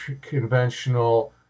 conventional